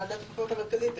ועדת הבחירות המרכזית.